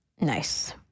Nice